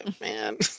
man